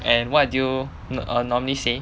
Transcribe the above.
and what do you err normally say